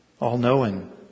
all-knowing